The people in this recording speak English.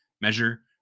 measure